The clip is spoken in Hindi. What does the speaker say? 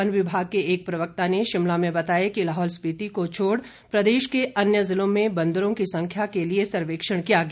वन विभाग के एक प्रवक्ता ने शिमला में बताया कि लाहौल स्पिति को छोड़ प्रदेश के अन्य जिलों में बन्दरों की संख्या के लिए सर्वेक्षण किया गया